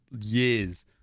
Years